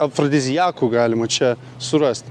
afrodiziakų galima čia surast